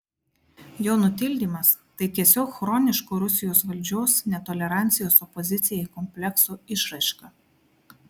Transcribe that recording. jo nutildymas tai tiesiog chroniško rusijos valdžios netolerancijos opozicijai komplekso išraiška